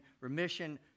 remission